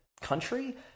country